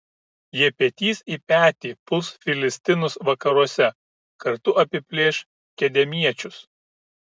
jie petys į petį puls filistinus vakaruose kartu apiplėš kedemiečius